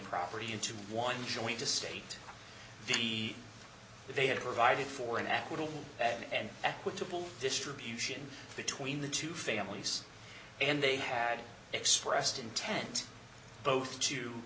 property into one joint estate the they had provided for an equitable and equitable distribution between the two families and they had expressed intent both to